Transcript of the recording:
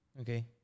okay